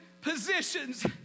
positions